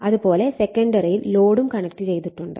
അതുപോലെ സെക്കന്ഡറിയിൽ ലോഡും കണക്ട് ചെയ്തിട്ടുണ്ട്